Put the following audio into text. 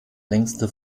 längste